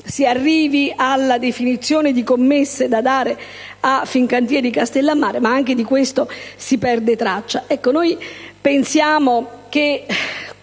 si arrivi alla definizione di commesse da dare a Fincantieri-Castellamare di Stabia, ma anche di questo si perde traccia.